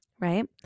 right